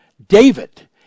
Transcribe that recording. David